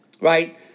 right